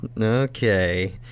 Okay